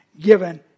given